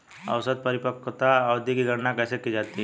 औसत परिपक्वता अवधि की गणना कैसे की जाती है?